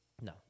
No